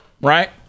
Right